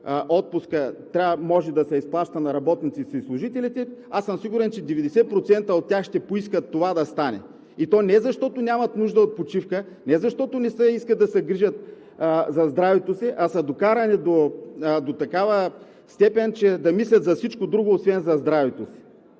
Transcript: отпуска може да се изплаща на работниците и служителите, аз съм сигурен, че 90% от тях ще поискат това да стане?! И то не защото нямат нужда от почивка, не защото не искат да се грижат за здравето си, а са докарани до такава степен, че да мислят за всичко друго, освен за здравето си.